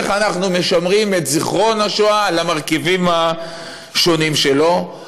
איך אנחנו משמרים את זיכרון השואה על המרכיבים השונים שלו?